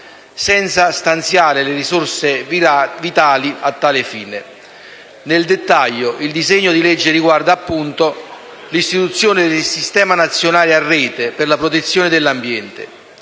senza stanziare le risorse vitali a tal fine. Nel dettaglio, il disegno di legge riguarda, appunto, l'istituzione del Sistema nazionale a rete per la protezione dell'ambiente;